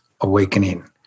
awakening